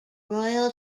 royal